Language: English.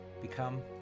become